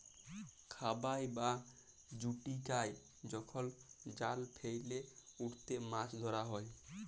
খাবাই বা জুচিকাই যখল জাল ফেইলে উটতে মাছ ধরা হ্যয়